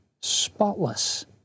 spotless